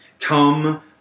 Come